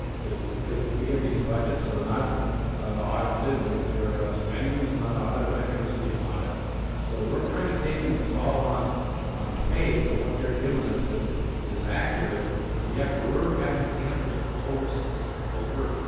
because because we get these budgets, they're not audited where their spending is not audited. i never see an audit so we're kind of taking this all on on faith of what they're giving us is is accurate and yet, we're haven't we have this over so over?